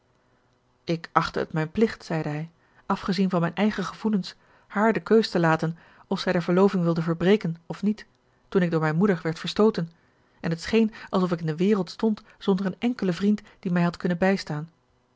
ik achtte het mijn plicht zeide hij afgezien van mijn eigen gevoelens haar de keus te laten of zij de verloving wilde verbreken of niet toen ik door mijne moeder werd verstooten en het scheen alsof ik in de wereld stond zonder een enkelen vriend die mij had kunnen bijstaan